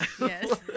Yes